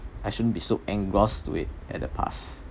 I shouldn't be so engross to it at the past